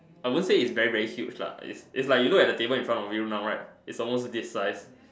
I won't say it's very very huge lah it's it's like you look at the table in front of you now right it's almost this size